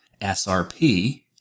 SRP